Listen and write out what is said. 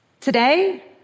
Today